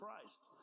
Christ